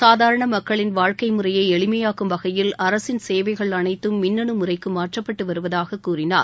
சாதாரண மக்களின் வாழ்க்கை முறையை எளிமையாக்கும் வகையில் அரசின் சேவைகள் அனைத்தும் மின்னணு முறைக்கு மாற்றப்பட்டு வருவதாக கூறினார்